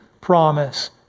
promise